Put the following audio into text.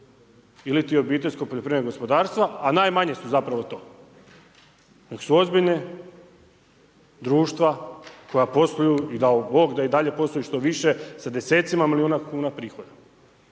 ili ti obiteljska poljoprivredno gospodarstva, a najmanje su zapravo to, nego su ozbiljna društva koja posluju i dao Bog da i dalje posluju i što više sa desecima milijuna kn prihoda.